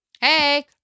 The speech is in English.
hey